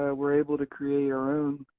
ah were able to create our own